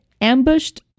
ambushed